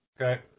Okay